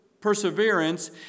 perseverance